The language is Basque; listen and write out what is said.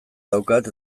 daukat